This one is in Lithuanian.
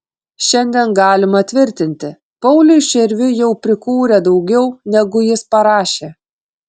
šiandien galima tvirtinti pauliui širviui jau prikūrė daugiau negu jis parašė